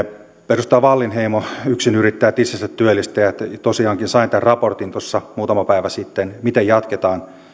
edustaja wallinheimo yksinyrittäjät itsensätyöllistäjät tosiaankin sain tämän raportin tuossa muutama päivä sitten miten jatketaan